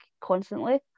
constantly